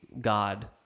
God